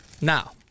Now